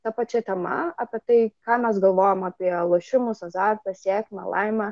ta pačia tema apie tai ką mes galvojam apie lošimus azartą sėkmę laimę